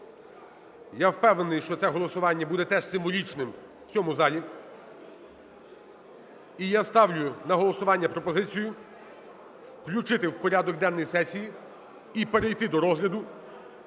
Я впевнений, що це голосування буде теж символічним у цьому залі. І я ставлю на голосування пропозицію включити у порядок денний сесії і перейти до розгляду